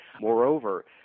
Moreover